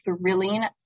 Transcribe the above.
thrilling